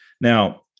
Now